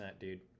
dude